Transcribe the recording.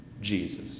jesus